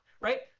right